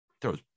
Throws